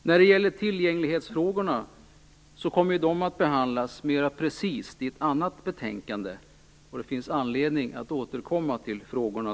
När det gäller tillgänglighetsfrågorna kommer de att behandlas mer precist i ett annat betänkande, och det finns anledning att då återkomma till frågorna.